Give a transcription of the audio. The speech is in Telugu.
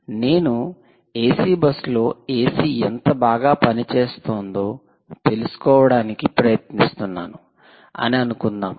నేను ఎసి బస్సులో ఎసి ఎంత బాగా పనిచేస్తుందో తెలుసుకోవడానికి ప్రయత్నిస్తున్నాను అని అనుకుందాము